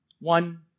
One